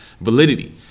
validity